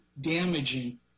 damaging